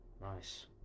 Nice